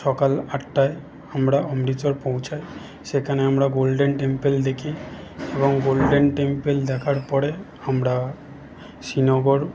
সকাল আটটায় আমরা অমৃতসর পৌঁছাই সেখানে আমরা গোল্ডেন টেম্পেল দেখি এবং গোল্ডেন টেম্পেল দেখার পরে আমরা শ্রীনগর